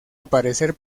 aparecer